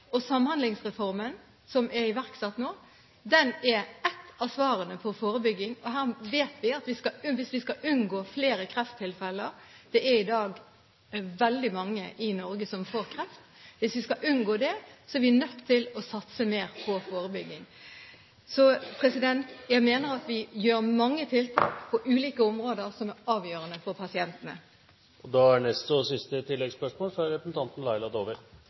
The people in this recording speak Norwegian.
Samhandlingsreformen, som er iverksatt nå, er ett av svarene på forebygging. Vi vet at hvis vi skal unngå flere krefttilfeller – det er i dag veldig mange i Norge som får kreft – er vi nødt til å satse mer på forebygging. Jeg mener at vi gjør mange tiltak på ulike områder som er avgjørende for pasientene. Laila Dåvøy – til oppfølgingsspørsmål. Jeg fikk en mail fra